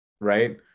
right